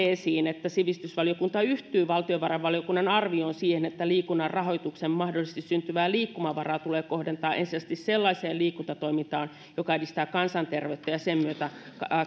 esiin se että sivistysvaliokunta yhtyy valtiovarainvaliokunnan arvioon siitä että liikunnan rahoitukseen mahdollisesti syntyvää liikkumavaraa tulee kohdentaa ensisijaisesti sellaiseen liikuntatoimintaan joka edistää kansanterveyttä ja sen myötä